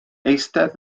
eistedd